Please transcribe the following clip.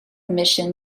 mission